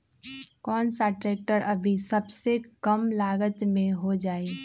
कौन सा ट्रैक्टर अभी सबसे कम लागत में हो जाइ?